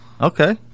okay